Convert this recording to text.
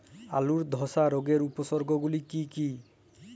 আলুর ধসা রোগের উপসর্গগুলি কি কি?